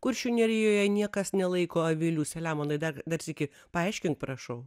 kuršių nerijoje niekas nelaiko avilių selemonai dar dar sykį paaiškink prašau